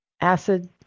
acid